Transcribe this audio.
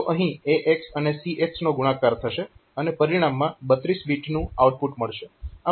તો અહીં AX અને CX નો ગુણાકાર થશે અને પરિણામમાં 32 બીટનું આઉટપુટ મળશે